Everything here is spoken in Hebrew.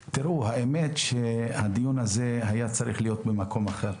הדיון הזה היה צריך להיות במקום אחר.